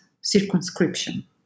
circumscription